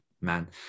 man